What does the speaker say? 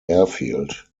airfield